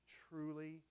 truly